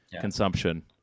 consumption